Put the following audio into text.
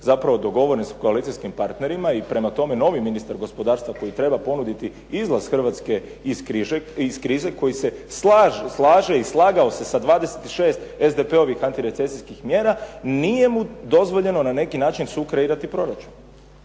zapravo dogovoren sa koalicijskim partnerima, i prema tome novi ministar gospodarstva koji treba ponuditi izlaz Hrvatske iz krize, koji se slaže i slagao se sa 26 SDP-ovih antirecesijskih mjera, nije mu dozvoljeno na neki način sukreirati proračun.